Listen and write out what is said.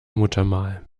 muttermal